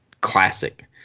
classic